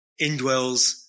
indwells